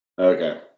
Okay